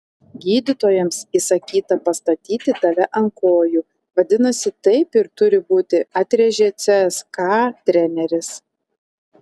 gydytojams įsakyta pastatyti tave ant kojų vadinasi taip ir turi būti atrėžė cska treneris